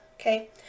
Okay